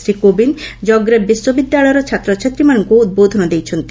Shri Kovind Zagreb ବିଶ୍ୱବିଦ୍ୟାଳୟର ଛାତ୍ରଛାତ୍ରୀମାନଙ୍କୁ ଉଦ୍ବୋଧନ ଦେଇଛନ୍ତି